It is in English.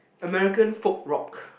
American folk rock